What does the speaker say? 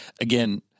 again